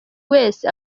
wese